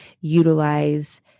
utilize